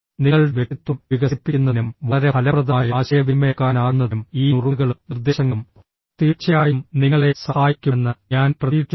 നിങ്ങളുടെ വ്യക്തിത്വം വികസിപ്പിക്കുന്നതിനും വളരെ ഫലപ്രദമായ ആശയവിനിമയക്കാരനാകുന്നതിനും ഈ നുറുങ്ങുകളും നിർദ്ദേശങ്ങളും തീർച്ചയായും നിങ്ങളെ സഹായിക്കുമെന്ന് ഞാൻ പ്രതീക്ഷിക്കുന്നു